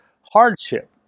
hardship